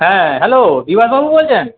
হ্যাঁ হ্যালো বিভাসবাবু বলছেন